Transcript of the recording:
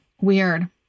Weird